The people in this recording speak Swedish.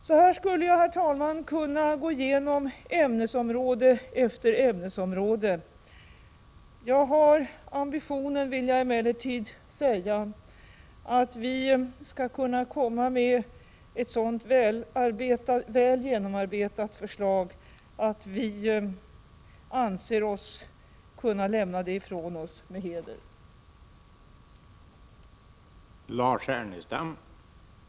Så här skulle jag, herr talman, kunna gå igenom ämnesområde för ämnesområde. Jag vill emellertid säga att jag har ambitionen att vi skall kunna komma med ett så väl genomarbetat förslag att vi anser oss kunna — Prot. 1986/87:78 lämna det ifrån oss med heder. 3 mars 1987